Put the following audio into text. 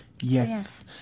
Yes